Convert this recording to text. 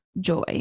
joy